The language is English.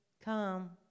come